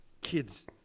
Kids